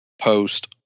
post